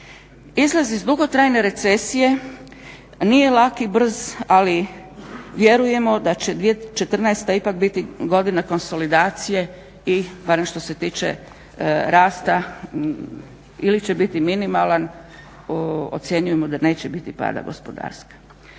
Izlaz iz dugotrajne recesije nije lak i brz, ali vjerujemo da će 2014. ipak biti godina konsolidacije i barem što se tiče rasta, ili će biti minimalan. Ocjenjujemo da neće biti pada gospodarstva.